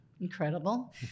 incredible